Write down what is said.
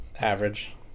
average